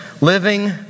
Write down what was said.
living